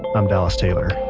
i'm dallas taylor.